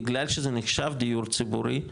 בגלל שזה נחשב דיור ציבורי,